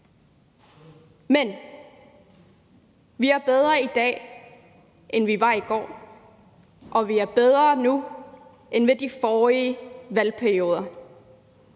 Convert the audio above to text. Men vi er bedre i dag, end vi var i går, og vi er bedre nu end ved de forrige valgperioder.